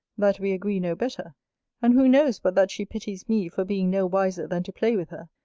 that we agree no better and who knows but that she pities me for being no wiser than to play with her,